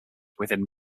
within